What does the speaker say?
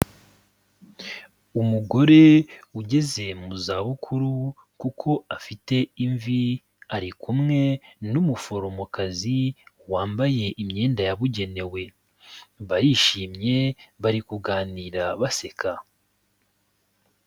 Umugore ugeze mu zabukuru kuko afite imvi ari kumwe n'umuforomokazi wambaye imyenda yabugenewe, barishimye bari kuganira baseka.